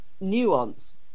nuance